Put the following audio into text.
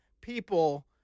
people